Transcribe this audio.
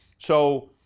so,